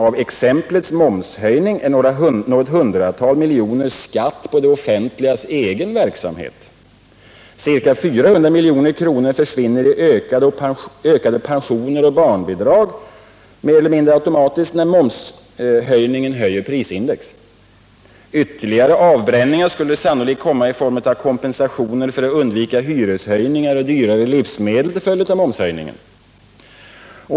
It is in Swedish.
Av exemplets momshöjning är något hundratal miljoner skatt på det offentligas egen verksamhet. Ca 400 milj.kr. försvinner i ökade pensioner och barnbidrag mer eller mindre automatiskt när momshöjningen höjer prisindex. Ytterligare avbränningar skulle sannolikt komma i form av kompensationer för att undvika hyreshöjningar och dyrare livsmedel till följd av momshöjningen.